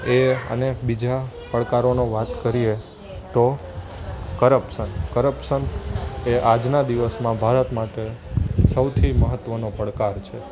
એ અનેક બીજા પડકારોનો વાત કરીએ તો કરપ્શન કરપ્શન એ આજના દિવસમાં ભારત માટે સૌથી મહત્ત્વનો પડકાર છે